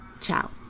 Ciao